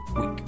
week